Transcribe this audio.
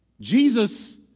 Jesus